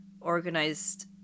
organized